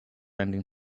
ending